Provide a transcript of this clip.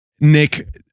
Nick